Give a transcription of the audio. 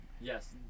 Yes